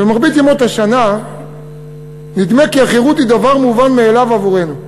במרבית ימות השנה נדמה כי החירות היא דבר מובן מאליו עבורנו,